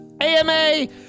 AMA